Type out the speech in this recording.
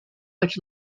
much